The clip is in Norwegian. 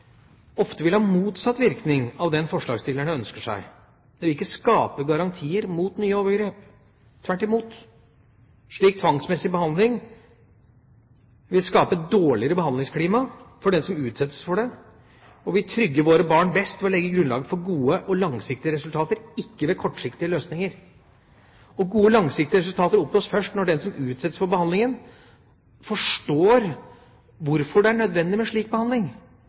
ofte vil ha motsatt virkning av det forslagsstillerne ønsker seg – det vil ikke skape garantier mot nye overgrep – tvert imot. Slik tvangsmessig behandling vil skape et dårligere behandlingsklima for den som utsettes for det. Vi trygger våre barn best ved å legge grunnlaget for gode og langsiktige resultater, ikke ved kortsiktige løsninger. Gode, langsiktige resultater oppnås først når den som utsettes for behandlingen, forstår hvorfor det er nødvendig med slik behandling,